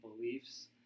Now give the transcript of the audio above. beliefs